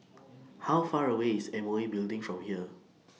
How Far away IS M O E Building from here